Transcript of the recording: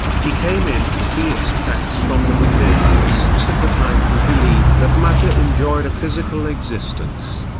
he came in for fierce attacks from the materialists of the time who believed that matter enjoyed a physical existence,